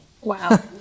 Wow